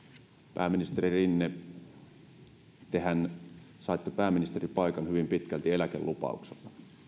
pääministeri rinne tehän saitte pääministeripaikan hyvin pitkälti eläkelupauksella